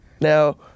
now